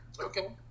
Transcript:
Okay